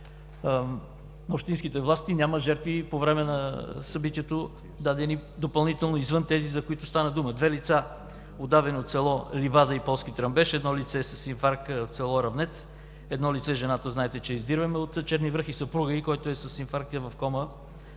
общинските власти, няма жертви по време на събитието, дадени допълнително извън тези, за които стана дума: две лица, удавени от село Ливада и село Полски Тръмбеш, едно лице с инфаркт от село Равнец. Едно лице – жената, знаете, че я издирваме от село Черни връх, и съпругът ѝ, който е с инфаркт и е в кома.